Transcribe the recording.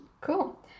Cool